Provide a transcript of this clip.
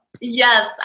Yes